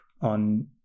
on